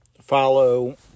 follow